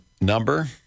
number